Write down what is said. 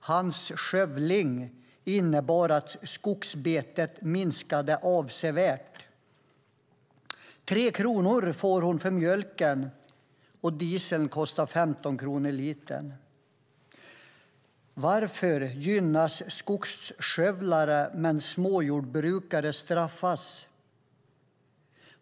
Hans skövling innebar att skogsbetet minskade avsevärt. 3 kronor får hon för mjölken. Dieseln kostar 15 kronor per liter. Varför gynnas skogsskövlare medan småjordbrukare straffas?